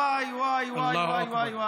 וואי וואי וואי.